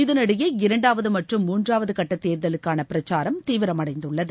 இதனிடையே இரண்டாவது மற்றும் மூன்றாவது கட்ட தேர்தலுக்கான பிரச்சாரம் தீவிரமடைந்துள்ளது